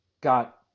got